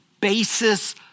basis